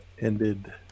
ended